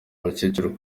abakecuru